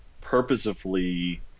purposefully